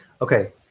Okay